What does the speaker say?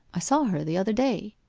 i saw her the other day